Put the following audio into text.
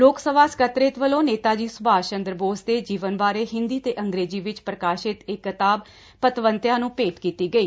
ਲੋਕ ਸਭਾ ਸਕੱਤਰੇਤ ਵੱਲੋਂ ਨੇਤਾ ਜੀ ਸੁਭਾਸ਼ ਚੰਦਰ ਬੋਸ ਦੇ ਜੀਵਨ ਬਾਰੇ ਹਿੰਦੀ ਤੇ ਅੰਗਰੇਜ਼ੀ ਵਿਚ ਪ੍ਰਕਾਸ਼ਿਤ ਇਕ ਕਿਤਾਬ ਪਤਵੰਤਿਆਂ ਨੁੰ ਭੇਟ ਕੀਤੀ ਗਈ